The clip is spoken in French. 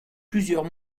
plusieurs